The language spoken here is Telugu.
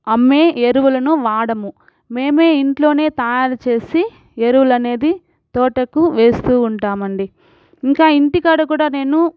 అమ్మే ఎరువులను వాడము మేము ఇంట్లో తయారు చేసి ఎరువులు అనేది తోటకు వేస్తు ఉంటాం అండి ఇంకా ఇంటికాడ కూడా నేను